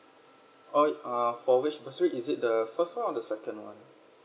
oh uh for which bursary is it the first [one] or the second [one]